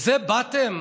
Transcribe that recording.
לזה באתם?